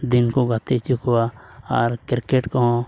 ᱫᱤᱱ ᱠᱚ ᱜᱟᱛᱮ ᱦᱚᱪᱚ ᱠᱚᱣᱟ ᱟᱨ ᱠᱨᱤᱠᱮᱹᱴ ᱠᱚᱦᱚᱸ